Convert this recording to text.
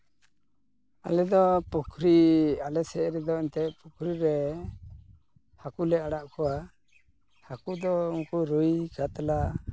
ᱟᱞᱮᱫᱚ ᱯᱩᱠᱷᱨᱤ ᱟᱞᱮᱥᱮᱫ ᱨᱮᱫᱚ ᱮᱱᱛᱮᱫ ᱯᱩᱠᱷᱨᱤ ᱨᱮ ᱦᱟᱹᱠᱩ ᱞᱮ ᱟᱲᱟᱜ ᱠᱚᱣᱟ ᱦᱟᱹᱠᱩ ᱫᱚ ᱩᱱᱠᱩ ᱨᱩᱭ ᱠᱟᱛᱞᱟ